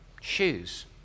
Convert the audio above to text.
shoes